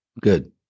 Good